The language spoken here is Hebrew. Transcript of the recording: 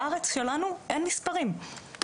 בארץ שלנו אין מספרים,